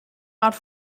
art